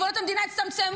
גבולות המדינה הצטמצמו,